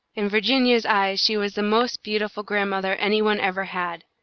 in virginia's eyes she was the most beautiful grandmother any one ever had.